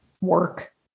work